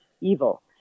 evil